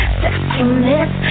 sexiness